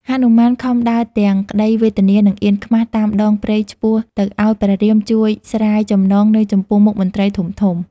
ហនុមានខំដើរទាំងក្តីវេទនានិងអៀនខ្មាសតាមដងព្រៃឆ្ពោះ ទៅឱ្យព្រះរាមជួយស្រាយចំណងនៅចំពោះមុខមន្ត្រីធំៗ។